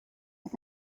und